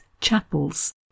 chapels